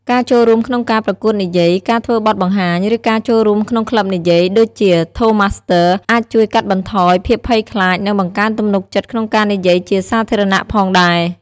ការចូលរួមក្នុងការប្រកួតនិយាយ ការធ្វើបទបង្ហាញ ឬការចូលរួមក្នុងក្លឹបនិយាយ ដូចជា ថូសម៉ាស្ទ័រ (Toastmasters) អាចជួយកាត់បន្ថយភាពភ័យខ្លាច និងបង្កើនទំនុកចិត្តក្នុងការនិយាយជាសាធារណៈផងដែរ។